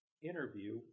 interview